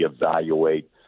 evaluate